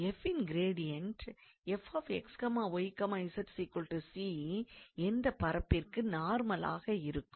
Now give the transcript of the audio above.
f ன் gradient 𝑓𝑥𝑦𝑧 𝑐 என்ற பரப்பிற்கு நர்மலாக இருக்கும்